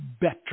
better